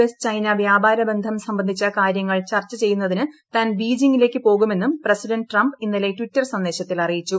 S China വ്യാപാര ബന്ധം സംബന്ധിച്ച കാര്യങ്ങൾ ചർച്ച ചെയ്യുന്നതിന് താൻ ബീജിംഗിലേക്ക് പോകുമെന്നും പ്രസിഡന്റ് ട്രംപ് ഇന്നലെ ട്വീറ്റർ സന്ദേശത്തിൽ അറിയിച്ചു